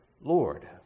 Lord